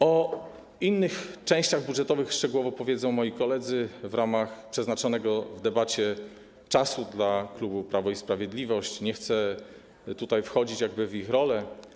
O innych częściach budżetowych szczegółowo powiedzą moi koledzy w ramach przeznaczonego w debacie czasu dla klubu Prawo i Sprawiedliwość, nie chcę wchodzić w ich rolę.